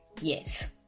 yes